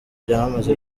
byamamaza